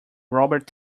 robot